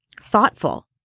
thoughtful